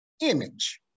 image